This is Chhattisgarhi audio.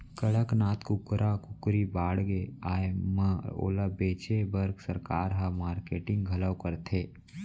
कड़कनाथ कुकरा कुकरी बाड़गे आए म ओला बेचे बर सरकार ह मारकेटिंग घलौ करथे